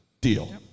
Deal